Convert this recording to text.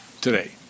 today